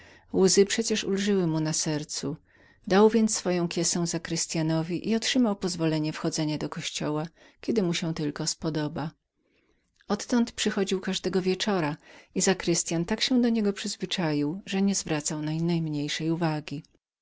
łzy przecież ulżyły mu na sercu dał więc swoją kiesę zakrystyanowi i otrzymał pozwolenie wchodzenia do kościoła kiedy mu się tylko spodoba odtąd przychodził każdego wieczora i zakrystyan tak się do niego przyzwyczaił że niezwracał nań najmniejszej uwagi